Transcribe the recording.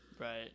Right